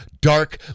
Dark